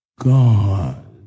God